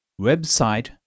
website